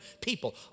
people